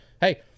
Hey